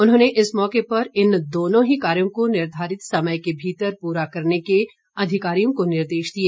उन्होंने इस मौके पर इन दोनों ही कार्यो को निर्धारित समय के भीतर पूरा करने के अधिकारियों को निर्देश दिए